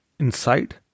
inside